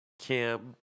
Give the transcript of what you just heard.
Kim